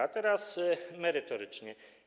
A teraz merytorycznie.